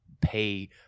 pay